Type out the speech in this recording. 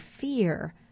fear